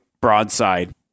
broadside